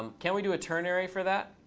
um can we do a ternary for that?